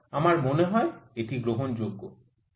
আমার মনে হয় এটি গ্রহণযোগ্য